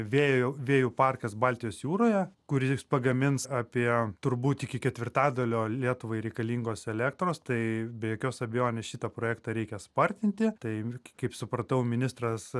vėjo vėjų parkas baltijos jūroje kuris pagamins apie turbūt iki ketvirtadalio lietuvai reikalingos elektros tai be jokios abejonės šitą projektą reikia spartinti tai kaip supratau ministras